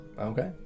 Okay